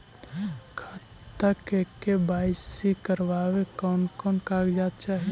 खाता के के.वाई.सी करावेला कौन कौन कागजात चाही?